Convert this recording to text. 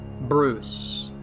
Bruce